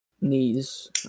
Knees